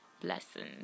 blessings